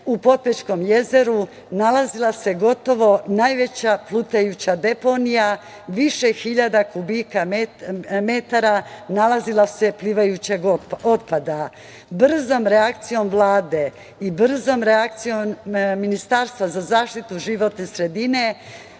u Potpećkom jezeru nalazila se gotovo najveća plutajuća deponija više hiljada metara kubnih, najveći plivajući otpad. Brzom reakcijom Vlade i brzom reakcijom Ministarstva za zaštitu životne sredine